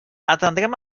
atendrem